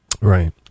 Right